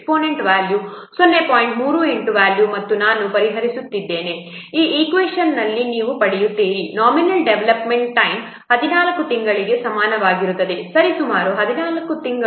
38 ಮತ್ತು ನಾನು ಪರಿಹರಿಸುತ್ತಿದ್ದೇನೆ ಈ ಈಕ್ವೇಷನ್ನನ್ನು ನೀವು ಪಡೆಯುತ್ತೀರಿ ನಾಮಿನಲ್ ಡೆವಲಪ್ಮೆಂಟ್ ಟೈಮ್ 14 ತಿಂಗಳುಗಳಿಗೆ ಸಮಾನವಾಗಿರುತ್ತದೆ ಸರಿಸುಮಾರು 14 ತಿಂಗಳುಗಳು